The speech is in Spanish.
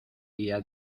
día